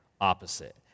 opposite